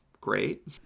great